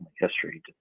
history